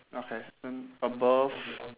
okay then above